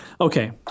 Okay